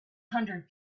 hundred